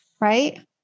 right